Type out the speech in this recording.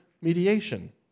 mediation